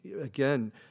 again